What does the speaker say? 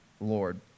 Lord